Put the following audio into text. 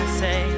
say